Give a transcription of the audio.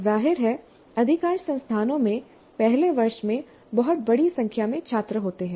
जाहिर है अधिकांश संस्थानों में पहले वर्ष में बहुत बड़ी संख्या में छात्र होते हैं